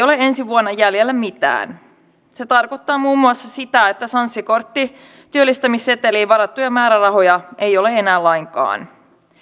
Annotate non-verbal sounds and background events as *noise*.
*unintelligible* ole ensi vuonna jäljellä mitään se tarkoittaa muun muassa sitä että sanssi kortti työllistämisseteliin varattuja määrärahoja ei ole enää lainkaan